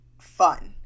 fun